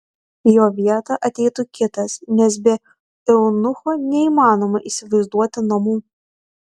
į jo vietą ateitų kitas nes be eunucho neįmanoma įsivaizduoti namų